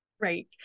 right